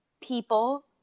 people